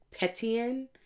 petian